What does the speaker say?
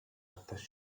actes